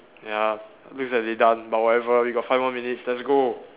ya looks like they done but whatever we got five more minutes let's go